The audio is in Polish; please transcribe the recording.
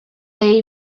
jej